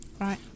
Right